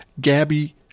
Gabby